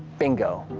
bingo.